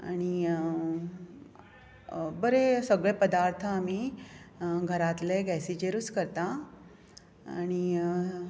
आनी बरें सगळें पदार्थ आमी घरातलें गेसीचेरुच करतां आनी